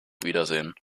wiedersehen